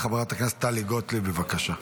חברת הכנסת טלי גוטליב, בבקשה.